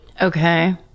Okay